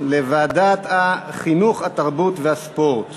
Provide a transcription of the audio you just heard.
לוועדת החינוך, התרבות והספורט